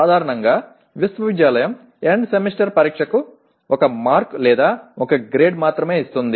సాధారణంగా విశ్వవిద్యాలయం end semester పరీక్షకు ఒక మార్కు లేదా ఒక గ్రేడ్ మాత్రమే ఇస్తుంది